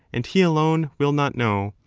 and he alone, will not know,